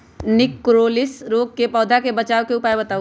निककरोलीसिस रोग से पौधा के बचाव के उपाय बताऊ?